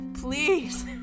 please